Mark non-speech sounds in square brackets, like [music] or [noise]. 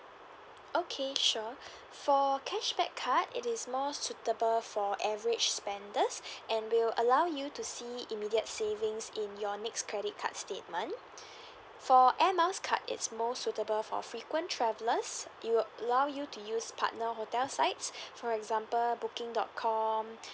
okay sure for cashback card it is more suitable for average spenders and will allow you to see immediate savings in your next credit card statement [breath] for air miles card it's more suitable for frequent travellers it will allow you to use partner hotel sites for example booking dot com